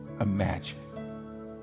imagine